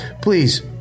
please